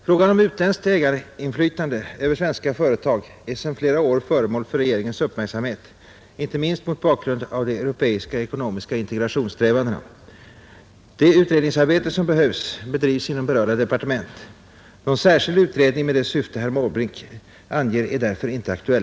Frågan om utländskt ägarinflytande över svenska företag är sedan flera år föremål för regeringens uppmärksamhet, inte minst mot bakgrund av de europeiska ekonomiska integrationssträvandena. Det utredningsarbete som behövs bedrivs inom berörda departement. Någon särskild utredning med det syfte herr Måbrink anger är därför inte aktuell.